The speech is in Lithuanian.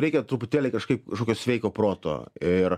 reikia truputėlį kažkaip kažkokio sveiko proto ir